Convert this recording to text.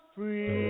Free